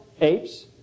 apes